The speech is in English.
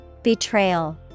Betrayal